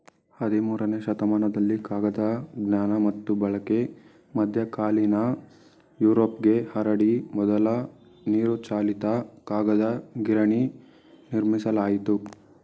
ಹದಿಮೂರನೇ ಶತಮಾನದಲ್ಲಿ ಕಾಗದ ಜ್ಞಾನ ಮತ್ತು ಬಳಕೆ ಮಧ್ಯಕಾಲೀನ ಯುರೋಪ್ಗೆ ಹರಡಿ ಮೊದಲ ನೀರುಚಾಲಿತ ಕಾಗದ ಗಿರಣಿ ನಿರ್ಮಿಸಲಾಯಿತು